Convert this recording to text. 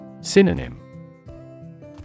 Synonym